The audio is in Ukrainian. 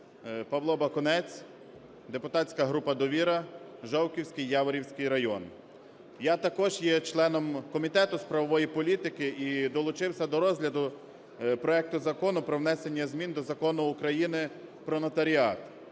Павло Бакунець, депутатська група "Довіра", Жовківський, Яворівський райони. Я також є членом Комітету з правової політики, і долучився до розгляду проекту Закону про внесення змін до Закону України "Про нотаріат".